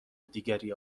دیگری